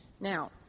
Now